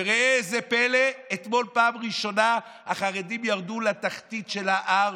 וראו זה פלא: אתמול פעם ראשונה החרדים ירדו לתחתית של ה-R,